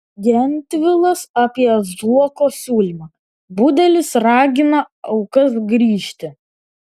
gentvilas apie zuoko siūlymą budelis ragina aukas grįžti